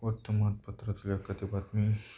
वर्तमानपत्रातल्या कधे बातमी